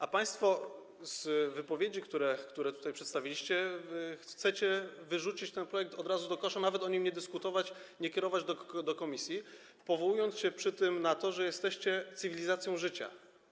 A państwo, jak wynika z wypowiedzi, które tutaj przedstawiliście, chcecie wyrzucić ten projekt od razu do kosza, nawet o nim nie dyskutować, nie kierować do komisji, powołując się przy tym na to, że jesteście cywilizacją życia.